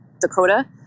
Dakota